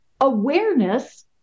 Awareness